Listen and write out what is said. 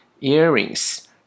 Earrings